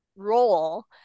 role